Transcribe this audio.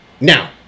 Now